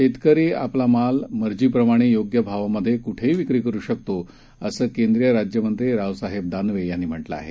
शेतकरीआपलामालमर्जीप्रमाणेयोग्यभावातकोठेहीविक्रीकरूशकतो असंकेंद्रीयराज्यमंत्रीरावसाहेबदानवेयांनीम्हटलंआहे